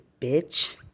bitch